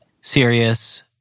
serious